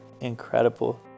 incredible